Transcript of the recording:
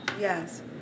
Yes